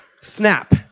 snap